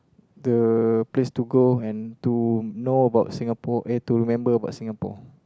the place to go and to know about Singapore eh to remember about Singapore